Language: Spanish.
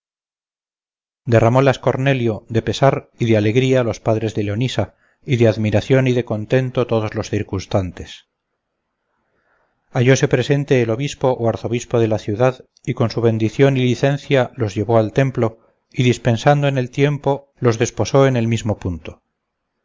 lágrimas derramólas cornelio de pesar y de alegría los padres de leonisa y de admiración y de contento todos los circunstantes hallóse presente el obispo o arzobispo de la ciudad y con su bendición y licencia los llevó al templo y dispensando en el tiempo los desposó en el mismo punto